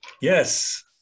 Yes